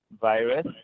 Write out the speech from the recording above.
virus